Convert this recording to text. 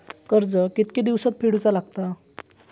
कर्ज कितके दिवसात फेडूचा लागता?